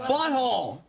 Butthole